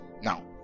Now